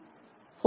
BLE 4